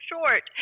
short